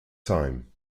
time